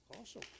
Awesome